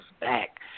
back